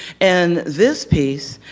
and this piece,